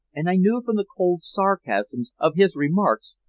and i knew from the cold sarcasm of his remarks,